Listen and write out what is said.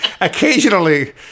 Occasionally